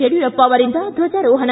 ಯಡಿಯೂರಪ್ಪ ಅವರಿಂದ ದ್ದಜಾರೋಹಣ